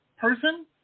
person